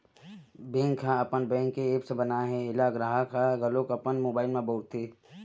bank ह अपन bank के ऐप्स बनाए हे एला गराहक ह घलोक अपन मोबाइल म बउरथे